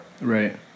Right